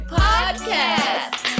podcast